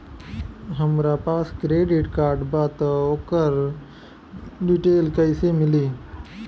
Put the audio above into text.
हमरा पास credit card बा त ओकर डिटेल्स कइसे मिली?